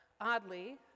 oddly